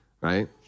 right